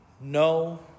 No